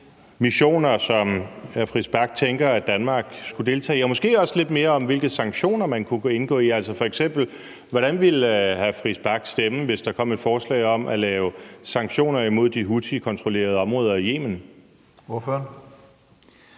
missioner, som hr. Christian Friis Bach tænker Danmark skulle deltage i, og måske også lidt mere om, hvilke sanktioner man kunne indføre. Hvordan ville hr. Christian Friis Bach f.eks stemme, hvis der kom et forslag om at lave sanktioner imod de houthikontrollerede områder i Yemen? Kl.